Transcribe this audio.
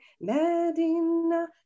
Medina